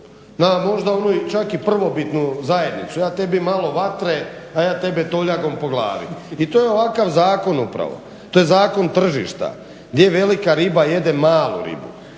na možda onu čak i prvobitnu zajednicu, "Ja tebi malo vatre, a ja tebe toljagom po glavi.". I to je ovakav zakon upravo, to je zakon tržišta gdje velika riba jede malu ribu,